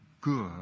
good